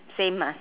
same ah